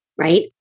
Right